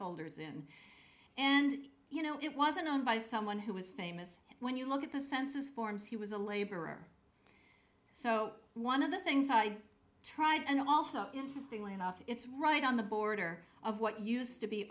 holders in and you know it wasn't owned by someone who was famous when you look at the census forms he was a laborer so one of the things i tried and also interestingly enough it's right on the border of what used to be